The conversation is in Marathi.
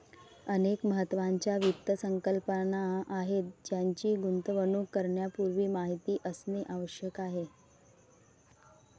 अनेक महत्त्वाच्या वित्त संकल्पना आहेत ज्यांची गुंतवणूक करण्यापूर्वी माहिती असणे आवश्यक आहे